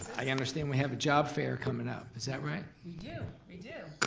i understand we have a job fair comin' up, is that right? we do, we do.